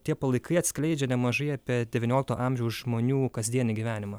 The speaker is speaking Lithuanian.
tie palaikai atskleidžia nemažai apie devyniolikto amžiaus žmonių kasdienį gyvenimą